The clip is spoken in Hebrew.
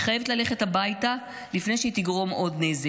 חייבת ללכת הביתה לפני שהיא תגרום עוד נזק,